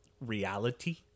reality